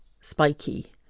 spiky